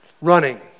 running